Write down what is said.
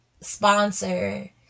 sponsor